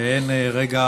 ואין רגע